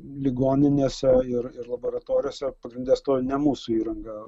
ligoninėse ir ir laboratorijose pagrinde stovi ne mūsų įranga